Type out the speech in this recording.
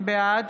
בעד